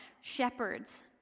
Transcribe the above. shepherds